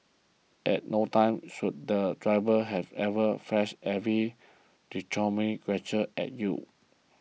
at no time should the driver have ever flashed every derogatory gesture at you